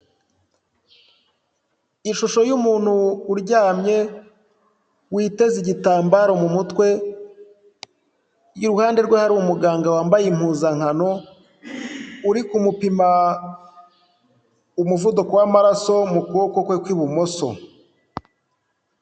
Ishusho y'umuntu uryamye, witeze igitambaro mu mutwe, iruhande rwe hari umuganga wambaye impuzankano, uri kumupima umuvuduko w'amaraso mu kuboko kwe kw'ibumoso.